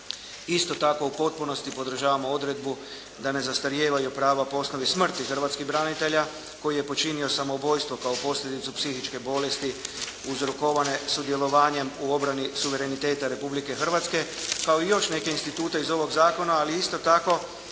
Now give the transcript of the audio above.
Isto tako, u potpunosti podržavamo odredbu da ne zastarijevaju prava po osnovi smrti hrvatskih branitelja koji je počinio samoubojstvo kao posljedicu psihičke bolesti uzrokovane sudjelovanjem u obrani suvereniteta Republike Hrvatske kao i još neke institute iz ovog zakona ali isto tako